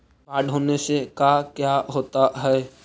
बाढ़ होने से का क्या होता है?